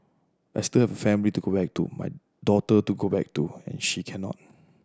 I still family to go back to my daughter to go back to and she cannot